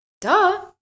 duh